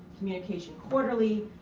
communication quarterly,